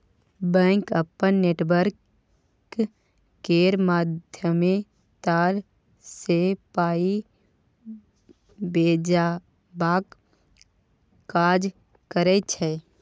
bank अपन network केर माध्यमे तार सँ पाइ भेजबाक काज करय छै